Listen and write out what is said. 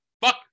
fuck